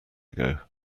ago